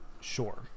sure